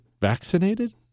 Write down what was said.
vaccinated